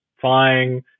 flying